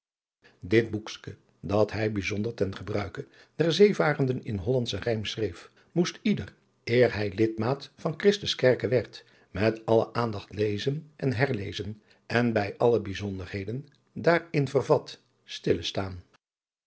dit boekske dat hij bijzonder ten gebruike der zeevarenden in hollandschen rijm schreef moest ieder eer hij lidmaat van christus kerke werd met alle aandacht lezen en herlezen en bij alle bijzonderheden daarin vervat stille staan